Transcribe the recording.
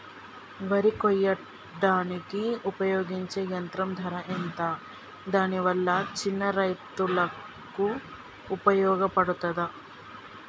వరి కొయ్యడానికి ఉపయోగించే యంత్రం ధర ఎంత దాని వల్ల చిన్న రైతులకు ఉపయోగపడుతదా?